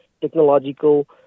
technological